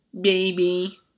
baby